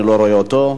אני לא רואה אותו.